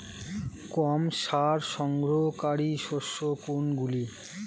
কম সার গ্রহণকারী শস্য কোনগুলি?